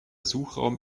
suchraum